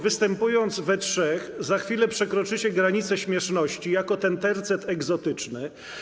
Występując we trzech, za chwilę przekroczycie granice śmieszności, jako ten tercet egzotyczny.